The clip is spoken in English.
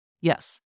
Yes